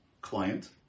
client